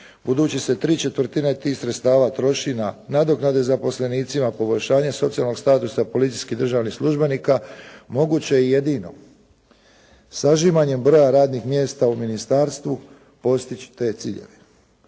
Budući se tri četvrtine tih sredstava troši na nadoknade zaposlenicima, poboljšanje socijalnog statusa policijskih državnih službenika, moguće je jedino sažimanjem broja radnih mjesta u ministarstvu postići te ciljeve.